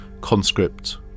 conscript